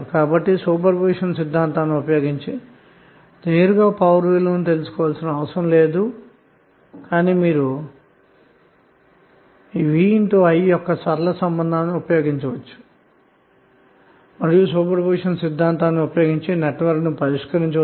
కాబట్టిసూపర్పొజిషన్ సిద్ధాంతాన్ని ఉపయోగించి నేరుగాపవర్ విలువను తెలుసుకొనవలసిన అవసరము లేదు కాబట్టి మీరు V I ల యొక్క సరళ సంబంధాన్ని మరియు సూపర్ పొజిషన్ సిద్ధాంతాన్ని ఉపయోగించి సర్క్యూట్ను పరిష్కరించవచ్చు